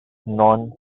non